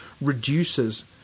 reduces